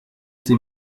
été